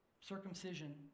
circumcision